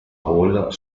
hall